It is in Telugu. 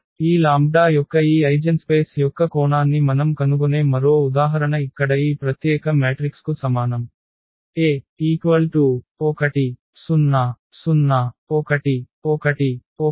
ఈ λ యొక్క ఈ ఐజెన్స్పేస్ యొక్క కోణాన్ని మనం కనుగొనే మరో ఉదాహరణ ఇక్కడ ఈ ప్రత్యేక మ్యాట్రిక్స్కు సమానం A 1 0 0 1 1 1 0 0 1